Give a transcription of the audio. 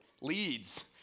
leads